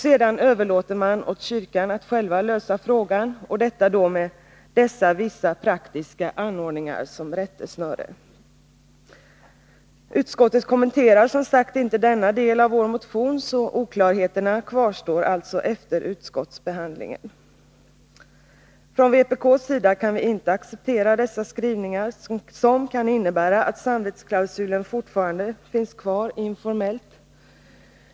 Sedan överlåts åt kyrkan att själv lösa frågan, med dessa ”vissa praktiska anordningar” som rättesnöre. Utskottet kommenterar som sagt inte denna del av vår motion, och oklarheterna kvarstår alltså efter utskottsbehandlingen. Från vpk:s sida kan vi inte acceptera dessa skrivningar, som kan innebära att samvetsklausulen fortfarande finns kvar informellt.